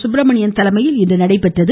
சுப்பிரமணியன் தலைமையில் இன்று நடைபெற்றது